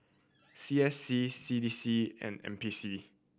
C S C C D C and N P C